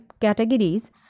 categories